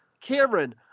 Cameron